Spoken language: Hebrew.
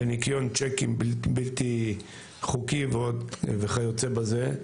לניכיון צ'קים בלתי חוקיים וכיוצא בזה.